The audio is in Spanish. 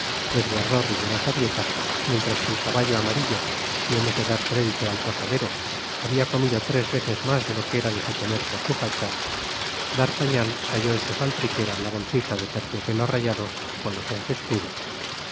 pues guardó rigurosa dieta mientras que el caballo amarillo si hemos de dar crédito al posadero habia comido tres veces mas de lo que era de suponer por su facha d'artagnan halló en su faltriquera la bolsita de terciopelo rayado con los once escudos